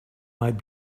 might